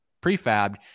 prefab